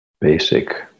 basic